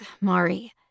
Mari